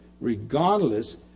regardless